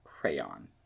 Crayon